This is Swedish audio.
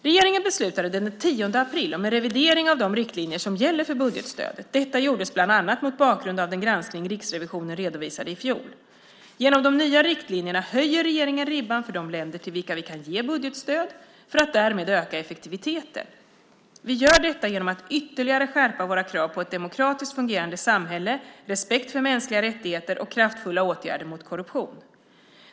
Regeringen beslutade den 10 april om en revidering av de riktlinjer som gäller för budgetstödet. Detta gjordes bland annat mot bakgrund av den granskning Riksrevisionen redovisade i fjol. Genom de nya riktlinjerna höjer regeringen ribban för de länder till vilka vi kan ge budgetstöd, för att därmed öka effektiviteten. Vi gör detta genom att ytterligare skärpa våra krav på ett demokratiskt fungerande samhälle, respekt för mänskliga rättigheter och kraftfulla åtgärder mot korruption.